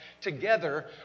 together